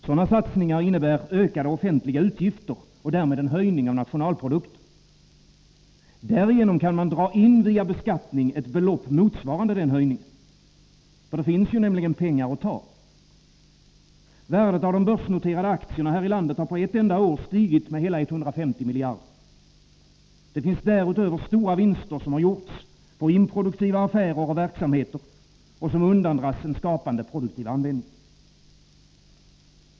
Sådana satsningar innebär ökade offentliga utgifter och därmed en höjning av nationalprodukten. Därigenom kan man via beskattning dra in ett belopp motsvarande den höjningen. Det finns ju nämligen pengar att ta. Värdet av de börsnoterade aktierna här i landet har på ett enda år stigit med hela 150 miljarder. Det finns därutöver stora vinster som gjorts på improduktiva affärer och verksamheter och som undandras en skapande, produktiv användning.